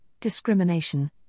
discrimination